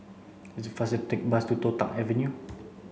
it's faster take the bus to Toh Tuck Avenue